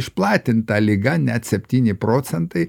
išplatinta liga net septyni procentai